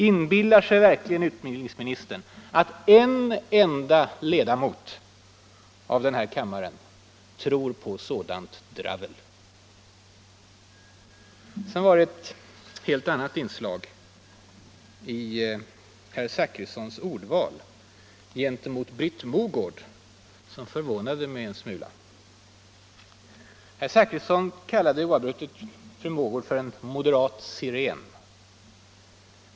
Inbillar sig verkligen utbildningsministern att en enda ledamot av den här kammaren tror på sådant dravel? Sedan var det ett helt annat inslag i herr Zachrissons ordval gentemot Britt Mogård som bekymrade mig en smula. Herr Zachrisson kallade oavbrutet fru Mogård för en ”moderat siren”.